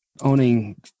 Owning